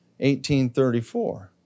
1834